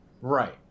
Right